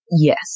yes